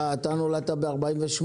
אתה נולדת ב-1948?